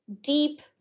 deep